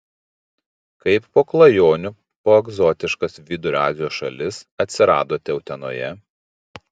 kaip po klajonių po egzotiškas vidurio azijos šalis atsiradote utenoje